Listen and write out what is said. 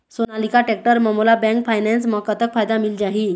Sonalika tractor म मोला bank finance म कतक फायदा मिल जाही?